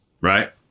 right